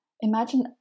Imagine